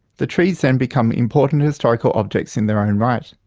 the trees then become important historical objects in their own right.